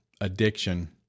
addiction